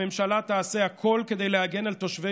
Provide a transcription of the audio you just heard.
הממשלה תעשה הכול כדי להגן על תושבי